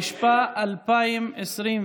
התשפ"א 2021,